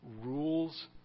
rules